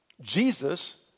Jesus